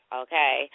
okay